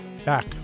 back